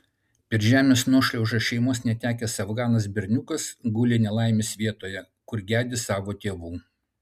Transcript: per žemės nuošliaužą šeimos netekęs afganas berniukas guli nelaimės vietoje kur gedi savo tėvų